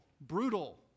brutal